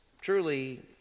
truly